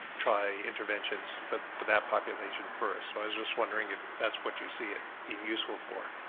try interventions for for that population first so i just wonder if that's what you see it being useful for.